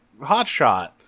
Hotshot